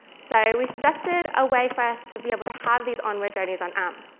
so we suggested a way for us to be able to have these onward journeys on amp.